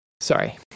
Sorry